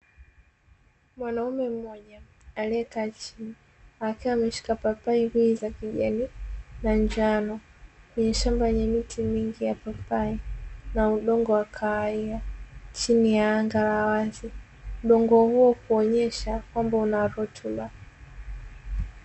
Mwanaume mmoja aliyekaa chini akiwa ameshika papai mbili za kijani na njano; kwenye shamba lenye miti mingi ya papai na udongo wa kahawia chini ya anga la wazi, udongo huo huonyesha kwamba una rutuba.